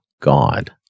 God